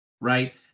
right